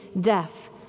death